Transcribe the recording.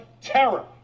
terror